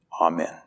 Amen